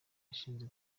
yashinze